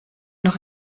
noch